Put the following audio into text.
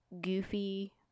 goofy